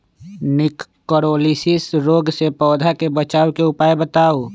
निककरोलीसिस रोग से पौधा के बचाव के उपाय बताऊ?